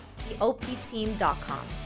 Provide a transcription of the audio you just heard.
theopteam.com